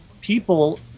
people